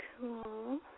Cool